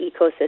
ecosystem